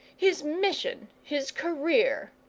his mission, his career.